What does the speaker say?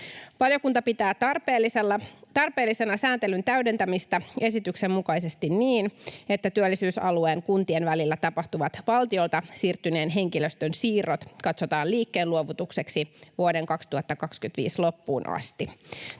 Valiokunta pitää tarpeellisena sääntelyn täydentämistä esityksen mukaisesti niin, että työllisyysalueen kuntien välillä tapahtuvat valtiolta siirtyneen henkilöstön siirrot katsotaan liikkeenluovutukseksi vuoden 2025 loppuun asti.